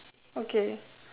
okay